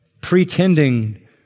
pretending